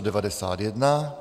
91.